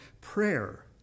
prayer